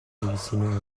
original